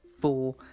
four